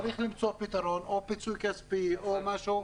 צריך למצוא פתרון או פיצוי כספי או משהו לחברות